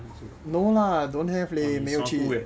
no lah don't have leh 没有去